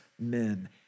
men